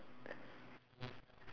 can explain to me about the door or not